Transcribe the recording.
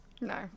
No